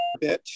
bitch